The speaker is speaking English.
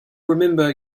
remember